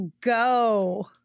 go